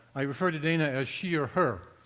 i refer to dana as she or her,